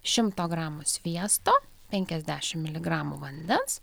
šimto gramų sviesto penkiasdešimt miligramų vandens